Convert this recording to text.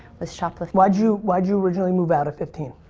was shoplifting why'd you why'd you originally move out at fifteen?